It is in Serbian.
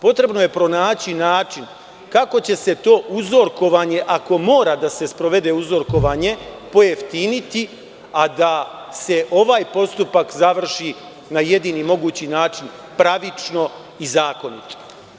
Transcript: Potrebno je pronaći način kako će se to uzorkovanje, ako mora da se sprovede uzorkovanje pojeftiniti, a da se ovaj postupak završi na jedini mogući način pravično i zakonito.